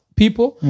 people